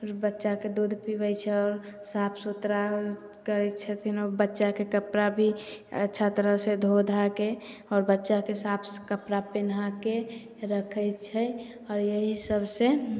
बच्चाके दूध पीबै छै साफ सुथरा करै छथिन ओ बच्चाके कपड़ा भी अच्छा तरह से धो धाके आओर बच्चाके साफ कपड़ा पेन्हाके रक्खै छै आओर एहि सबसे